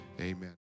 Amen